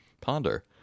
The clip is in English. ponder